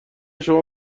شما